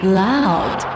loud